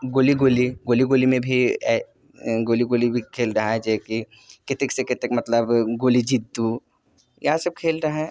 गोली गोली गोली गोलीमे भी गोली गोली भी खेल रहए जे कि कतेक से कतेक मतलब गोली जित्तू इएह सब खेल रहए